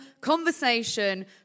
conversation